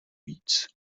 víc